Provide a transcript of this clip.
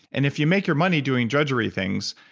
and if you make your money doing drudgery things,